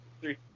Three